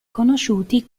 conosciuti